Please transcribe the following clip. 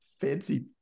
fancy